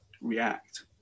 react